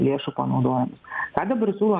lėšų panaudojimas ką dabar siūlo